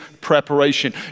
preparation